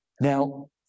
Now